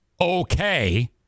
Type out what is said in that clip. okay